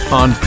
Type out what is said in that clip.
on